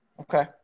Okay